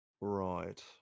Right